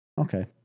Okay